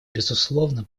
безусловно